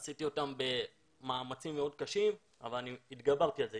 עשיתי אותן במאמצים מאוד קשים אבל התגברתי על זה,